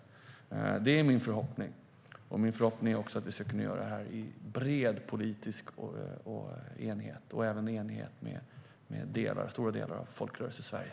Det är min förhoppning. Min förhoppning är också att vi ska kunna göra det här i bred politisk enighet och även i enighet med stora delar av Folkrörelsesverige.